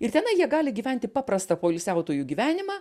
ir tenai jie gali gyventi paprastą poilsiautojų gyvenimą